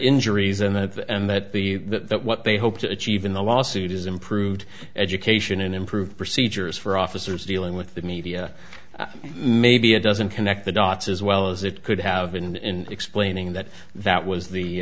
injuries and that at the end that the that that what they hope to achieve in the lawsuit is improved education and improved procedures for officers dealing with the media maybe it doesn't connect the dots as well as it could have in explaining that that was the